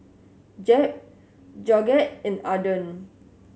Jeb Georgette and Arden